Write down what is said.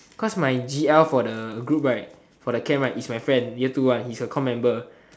cause my g_l for the group right for the camp right is my friend year two one he's a comm member